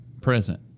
present